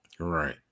Right